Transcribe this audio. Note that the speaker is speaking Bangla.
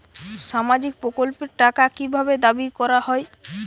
সামাজিক প্রকল্পের টাকা কি ভাবে দাবি করা হয়?